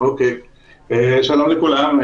שלום לכולם.